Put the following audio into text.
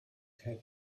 had